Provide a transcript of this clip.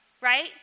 right